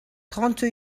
trente